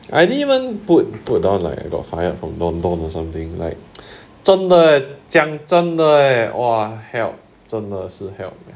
I didn't even put put down like I got fired from Don Don or something like 真的 leh 讲真的 leh !wah! help 真的是 help